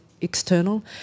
external